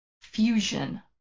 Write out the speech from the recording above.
fusion